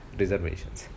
reservations